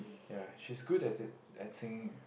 ya she's good at it at singing